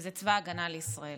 וזה צבא ההגנה לישראל,